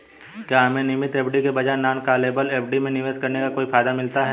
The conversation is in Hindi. क्या हमें नियमित एफ.डी के बजाय नॉन कॉलेबल एफ.डी में निवेश करने का कोई फायदा मिलता है?